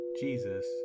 Jesus